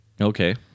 Okay